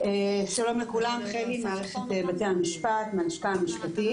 שלום לכולם, חלי, מערכת בתי המשפט מהלשכה המשפטית.